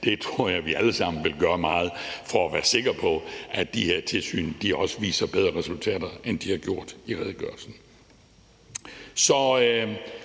det tror jeg vi alle sammen vil gøre meget for at være sikre på, altså at de her tilsyn også viser bedre resultater, end de har gjort i redegørelsen.